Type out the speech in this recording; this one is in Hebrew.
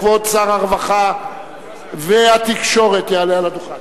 כבוד שר הרווחה והתקשורת יעלה על הדוכן.